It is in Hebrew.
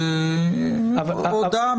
הודעה,